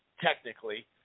technically